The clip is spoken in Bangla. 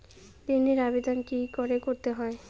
ঋণের আবেদন কি করে করতে হয়?